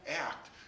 act